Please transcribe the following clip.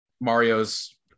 Mario's